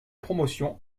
promotion